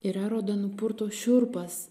ir erodą nupurto šiurpas